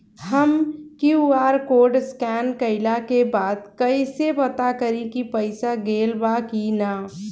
हम QR code scan कइला के बाद कइसे पता करि की पईसा गेल बा की न?